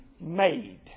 made